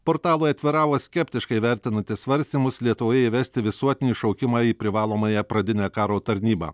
portalui atviravo skeptiškai vertinantis svarstymus lietuvoje įvesti visuotinį šaukimą į privalomąją pradinę karo tarnybą